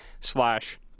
slash